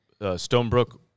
Stonebrook